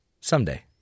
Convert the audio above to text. Someday